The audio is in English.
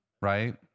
right